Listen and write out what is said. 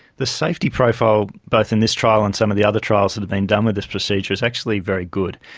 the safety profile both in this trial and some of the other trials that have been done with this procedure is actually very good.